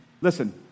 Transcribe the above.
Listen